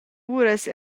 uras